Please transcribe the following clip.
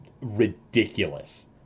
ridiculous